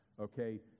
Okay